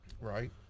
right